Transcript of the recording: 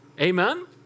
Amen